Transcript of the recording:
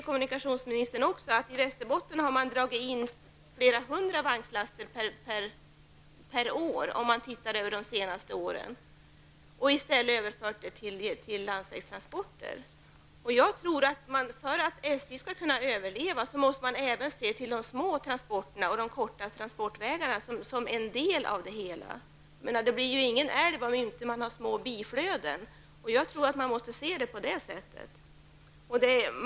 Kommunikationsministern vet också att man i Västerbotten har dragit in flera hundra vagnslaster per år under de senaste åren och i stället överfört dessa transporter till landsväg. För att SJ skall kunna överleva måste man även se till de små transporterna och de korta transportvägarna som en del av det hela. Det blir ju inte någon älv om man inte har små biflöden. Jag tror att man måste se det på det sättet.